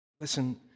Listen